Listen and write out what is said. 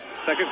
Second